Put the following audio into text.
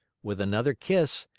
with another kiss,